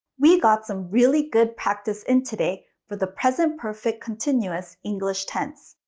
we got some really good practice in today with a present perfect continuous english tense.